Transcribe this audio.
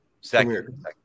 Second